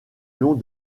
long